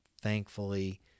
thankfully